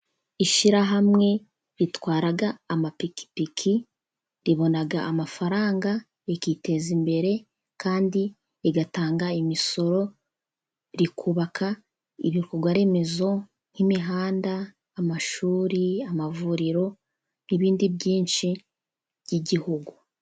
Ishyirahamwe ritwara amapikipiki, ribona amafaranga, rikiteza imbere, kandi rigatanga imisoro, rikubaka ibikorwaremezo, nk'imihanda, amashuri, amavuriro, n'ibindi byinshi by'igihugu.